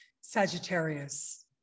Sagittarius